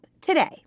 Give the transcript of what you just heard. today